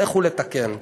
לכו לתקן.